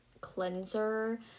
Cleanser